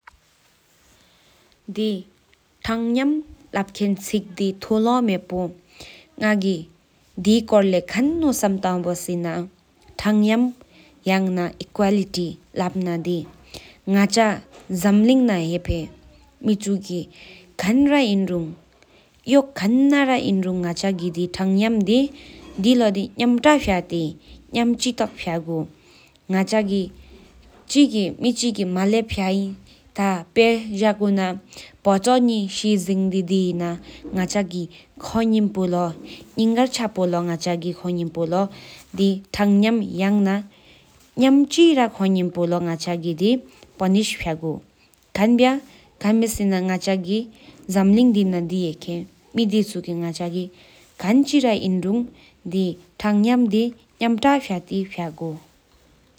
ཐང་ཡམ་ལབ་ཏི་ཕྱིག་དེ་ཐུ་ལོ་མེྤོ་ང་གི་དེ་སྐོར་ལེས་ཁན་ནོསམ་ཏ་བོ་སེན་བརྟེན་གམ་ལུ་མི་ཕྱག་ན་མེམ་དྷར་ལི་རེས་དེ་ཡུ་བོ་བཏོད་རེ། ས་ཨ་དྷམ་པ་ཞི་བཞི་ལ་མེན་བད་ན་དྷའ་གམ་དེ་དབེས་དན་ག་ལི་རི་ཨ་འི་ཻང་ཐེན་ཕན་ཐང་མ། དེ་འབག་གུ་ཕྱིག་གན་ཡི་པན་དེ་གམ་ཕྱག་རའོ་ཉེར་གན་རི་གམ་སྐྱབས་བོ་དེ་འབག་གུ་ཕྱིག་དེ་ཝ་ཞེང་གམ་ཕྱག་རུ་རི་ཀུ་ན་བག་རུ།